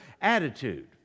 attitude